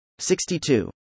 62